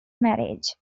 marriage